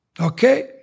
Okay